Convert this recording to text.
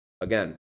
again